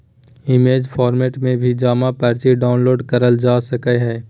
image format में भी जमा पर्ची डाउनलोड करल जा सकय हय